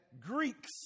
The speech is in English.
Greeks